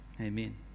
amen